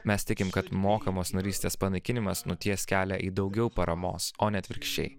mes tikim kad mokamos narystės panaikinimas nuties kelią į daugiau paramos o ne atvirkščiai